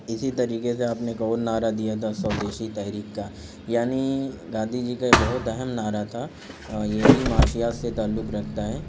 اسی طریقے سے آپ نے ایک اور نعرہ دیا تھا سودیشی تحریک کا یعنی گاندھی جی کا یہ بہت اہم نعرہ تھا یہ بھی معاشیات سے تعلق رکھتا ہے